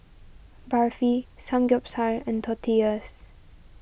Barfi Samgeyopsal and Tortillas